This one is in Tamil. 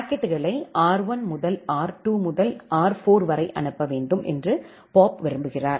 பாக்கெட்டுகளை R1 முதல் R2 முதல் R4 வரை அனுப்ப வேண்டும் என்று பாப் விரும்புகிறார்